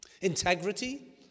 integrity